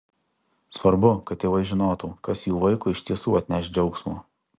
svarbu kad tėvai žinotų kas jų vaikui iš tiesų atneš džiaugsmo